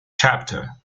chapter